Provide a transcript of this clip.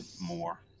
more